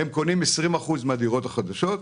הם קונים 20% מהדירות החדשות,